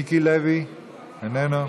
מיקי לוי איננו,